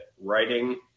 writing